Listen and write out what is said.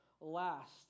last